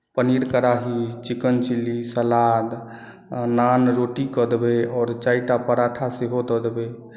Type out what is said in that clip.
paneer kadai chicken chilli salad naan रोटी कऽ देबै आओर चारिटा पराठा सेहो दऽ देबै